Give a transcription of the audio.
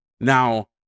Now